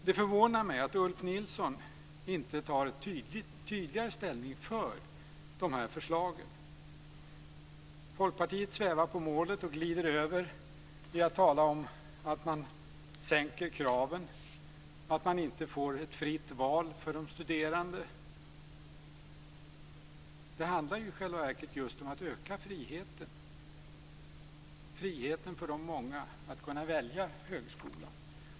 Det förvånar mig att Ulf Nilsson inte tydligare tar ställning för de här förslagen. Folkpartiet svävar på målet och glider över till att tala om att kraven sänks och att det inte blir ett fritt val för de studerande. Det handlar i själva verket just om att öka friheten, friheten för de många att kunna välja högskola.